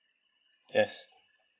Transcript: yes